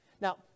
Now